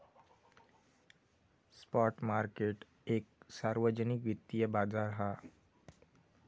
spot market एक सार्वजनिक वित्तिय बाजार हा